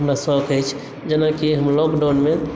हमरा शौक अछि जेनाकि हम लॉकडाउन मे